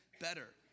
better